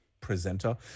presenter